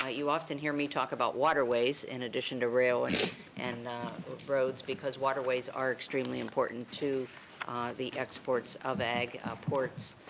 ah you often hear me talk about waterways, in addition to rail and and roads because waterways are extremely important to the exports of ag ports,